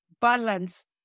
balance